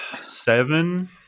Seven